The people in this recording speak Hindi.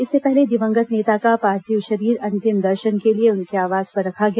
इससे पहले दिवंगत नेता का पार्थिव शरीर अंतिम दर्शन के लिए उनके आवास पर रखा गया